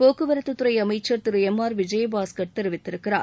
போக்குவரத்துத்துறை அமைச்சர் திரு எம் ஆர் விஜயபாஸ்கர் தெரிவித்திருக்கிறார்